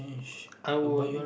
I'd